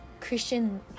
Christian